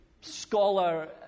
scholar